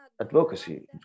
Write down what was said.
advocacy